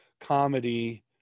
comedy